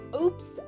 oops